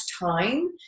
time